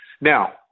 Now